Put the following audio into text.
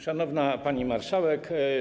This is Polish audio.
Szanowna Pani Marszałek!